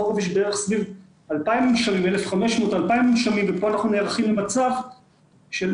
בחורף יש סביב 2,000-1,500 מונשמים ופה אנחנו נערכים למצב של